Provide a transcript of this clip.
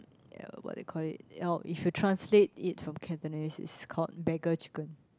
mm uh what they call it oh if you translate it in Cantonese is called beggar chicken